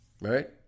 right